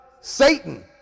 Satan